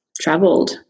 traveled